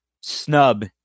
snub